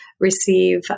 receive